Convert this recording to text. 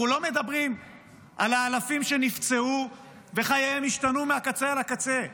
אנחנו לא מדברים על האלפים שנפצעו וחייהם השתנו מהקצה אל הקצה,